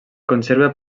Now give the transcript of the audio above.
conserva